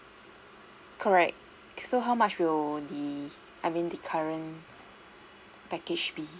correct so much will the I mean the current package be